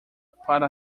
para